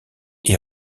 est